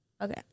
Okay